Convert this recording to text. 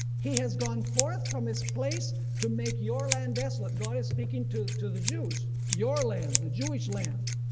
he has gone forth from his place to make your land desolate. god is speaking to to the jews, your land the jewish land.